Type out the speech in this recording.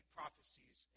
prophecies